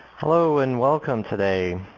hello and welcome today.